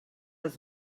els